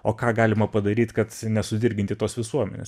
o ką galima padaryt kad nesudirginti tos visuomenės